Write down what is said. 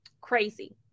crazy